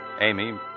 Amy